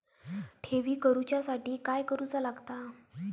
ठेवी करूच्या साठी काय करूचा लागता?